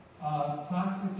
toxic